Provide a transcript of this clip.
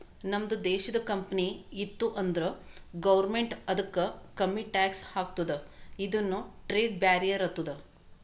ನಮ್ದು ದೇಶದು ಕಂಪನಿ ಇತ್ತು ಅಂದುರ್ ಗೌರ್ಮೆಂಟ್ ಅದುಕ್ಕ ಕಮ್ಮಿ ಟ್ಯಾಕ್ಸ್ ಹಾಕ್ತುದ ಇದುನು ಟ್ರೇಡ್ ಬ್ಯಾರಿಯರ್ ಆತ್ತುದ